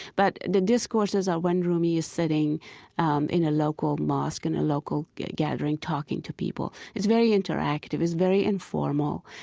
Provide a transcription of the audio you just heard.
but the discourses are when rumi is sitting um in a local mosque, in a local gathering, talking to people. it's very interactive, it's very informal,